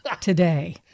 Today